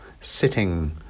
sitting